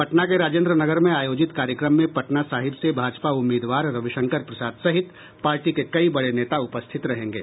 पटना के राजेन्द्र नगर में आयोजित कार्यक्रम में पटना साहिब से भाजपा उम्मीदवार रविशंकर प्रसाद सहित पार्टी के कई बड़े नेता उपस्थित रहेंगे